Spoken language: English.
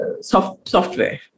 software